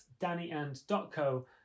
dannyand.co